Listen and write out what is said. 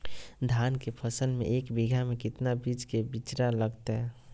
धान के फसल में एक बीघा में कितना बीज के बिचड़ा लगतय?